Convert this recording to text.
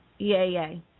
EAA